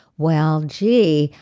well, gee.